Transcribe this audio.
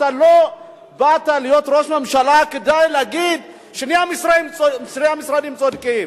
אתה לא באת להיות ראש הממשלה כדי להגיד ששני המשרדים צודקים.